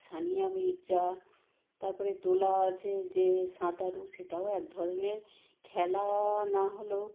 সানিয়া মির্জা তারপরে দোলা আছে যে সাঁতারু সেটাও এক ধরনের খেলা না হলেও